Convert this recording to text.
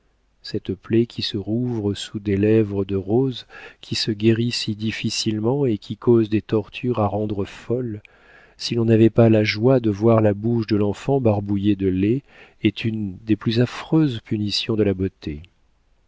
cette plaie qui se rouvre sous des lèvres de rose qui se guérit si difficilement et qui cause des tortures à rendre folle si l'on n'avait pas la joie de voir la bouche de l'enfant barbouillée de lait est une des plus affreuses punitions de la beauté